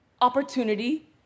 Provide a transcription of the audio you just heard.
opportunity